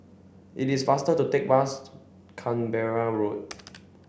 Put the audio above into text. it is faster to take bus to Canberra Road